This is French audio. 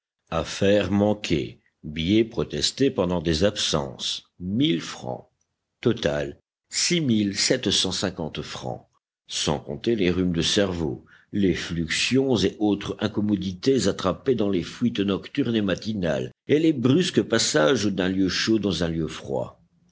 francs affaires manquées billets protestés pendant des absences francs total francs sans compter les rhumes de cerveau les fluxions et autres incommodités attrapées dans les fuites nocturnes et matinales et les brusques passages d'un lieu chaud dans un lieu froid